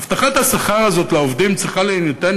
הבטחת השכר הזאת לעובדים צריכה להינתן